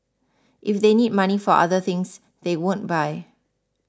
if they need money for other things they won't buy